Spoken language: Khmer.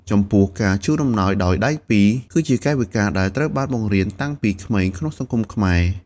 ចំពោះការជូនអំណោយដោយដៃពីរ គឺជាកាយវិការដែលត្រូវបានបង្រៀនតាំងពីក្មេងក្នុងសង្គមខ្មែរ។